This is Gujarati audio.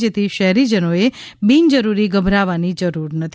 જેથી શહેરીજનોએ બિનજરૂરી ગભરાવાની જરૂર નથી